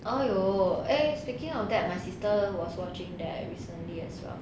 !aiyo! eh speaking of that my sister was watching that recently as well